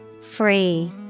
Free